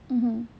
mmhmm